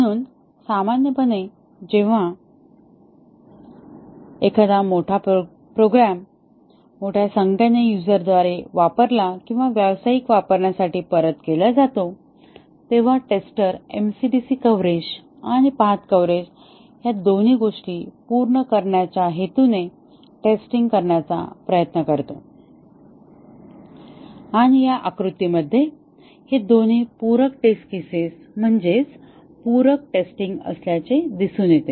म्हणून सामान्यपणे जेव्हा एखादा प्रोग्रॅम मोठ्या संख्येने युझरद्वारे वापरला किंवा व्यावसायिक वापरण्यासाठी परत केला जातो तेव्हा टेस्टर एमसीडीसी कव्हरेज आणि पाथ कव्हरेज या दोन्ही गोष्टी पूर्ण करण्याच्या हेतूने टेस्टिंग करण्याचा प्रयत्न करतो आणि या आकृती मध्ये हे दोन्ही पूरक टेस्ट केसेस म्हणजेच पूरक टेस्टिंग असल्याचे दिसून येते